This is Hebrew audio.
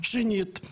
שנית,